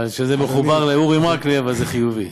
אבל כשמחובר לאורי מקלב, זה חיובי.